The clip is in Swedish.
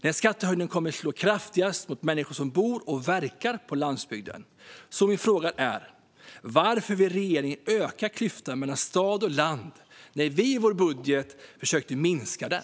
Den skattehöjningen kommer att slå kraftigast mot människor som bor och verkar på landsbygden. Min fråga är: Varför vill regeringen öka klyftan mellan stad och land, när vi i vår budget försökte minska den?